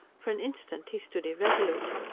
for an instant he stood irresolute.